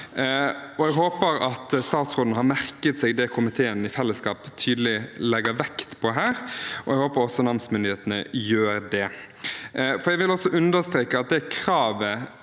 Jeg håper at statsråden har merket seg det komiteen i fellesskap tydelig legger vekt på her, og jeg håper også namsmyndighetene gjør det. Jeg vil også understreke at det kravet